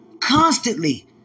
constantly